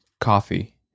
coffee